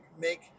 make